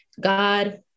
God